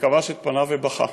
וכבש את פניו ובכה,